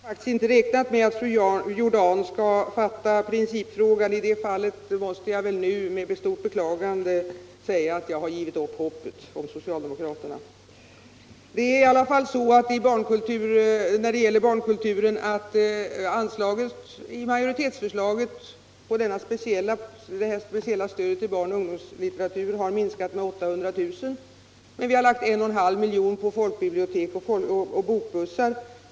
Herr talman! Jag hade faktiskt inte räknat med att fru Jordan skulle fatta principfrågan. I det fallet måste jag nu med stort beklagande säga att jag har givit upp hoppet om socialdemokraterna. Enligt majoritetsförslaget minskas det speciella stödet till barnoch ungdomslitteratur med 800 000 kr. Vi har i stället lagt 1,5 milj.kr. på folkbibliotek och bokbussar.